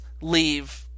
leave